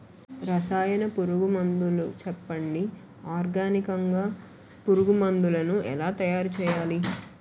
రసాయన పురుగు మందులు చెప్పండి? ఆర్గనికంగ పురుగు మందులను ఎలా తయారు చేయాలి?